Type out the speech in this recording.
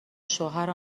شوهر